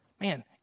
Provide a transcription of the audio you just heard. Man